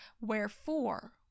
Wherefore